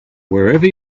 wherever